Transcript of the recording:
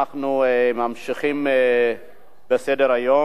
אנחנו ממשיכים בסדר-היום.